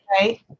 Right